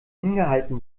hingehalten